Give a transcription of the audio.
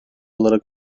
olarak